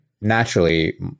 naturally